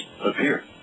appear